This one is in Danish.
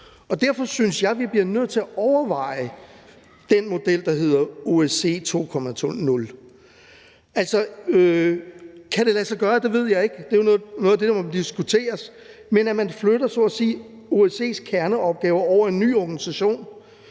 Derfor synes jeg, vi bliver nødt til at overveje den model, man kan kalde OSCE 2.0. Om det kan lade sig gøre, ved jeg ikke. Det er jo noget af det, der må diskuteres, men det går ud på, at man så at sige flytter OSCE's kerneopgaver over i en ny organisation,